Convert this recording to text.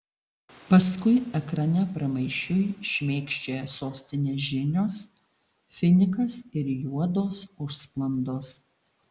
paskui ekrane pramaišiui šmėkščioja sostinės žinios finikas ir juodos užsklandos